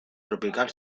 tropical